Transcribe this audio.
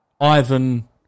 Ivan